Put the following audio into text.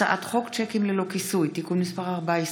הצעת חוק שיקים ללא כיסוי (תיקון מס' 14)